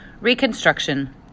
Reconstruction